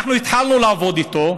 אנחנו התחלנו לעבוד איתו.